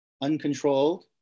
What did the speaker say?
uncontrolled